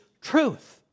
truth